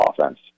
offense